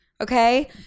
okay